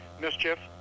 mischief